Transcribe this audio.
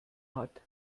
hat